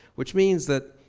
which means that,